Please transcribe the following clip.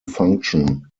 function